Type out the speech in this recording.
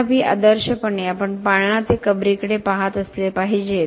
तथापि आदर्शपणे आपण पाळणा ते कबरीकडे पहात असले पाहिजे